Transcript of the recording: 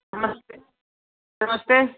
नमस्ते नमस्ते